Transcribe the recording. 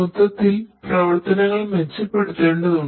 മൊത്തത്തിൽ പ്രവർത്തനങ്ങൾ മെച്ചപ്പെടുത്തേണ്ടതുണ്ട്